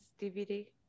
DVD